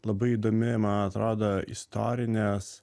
labai įdomi man atrodo istorinės